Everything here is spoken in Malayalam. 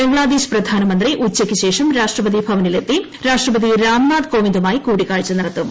ബംഗ്ലാദേശ് പ്രധാനമന്ത്രി ഉച്ചയ്ക്ക് ശേഷം രാഷ്ട്രപതി ഭവനിൽ എത്തി രാഷ്ട്രപതി രാംനാഥ് കോവിന്ദുമായി കൂടിക്കാഴ്ച നടത്തും